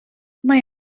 mae